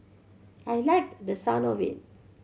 I liked the sound of it